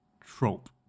trope